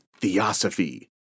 theosophy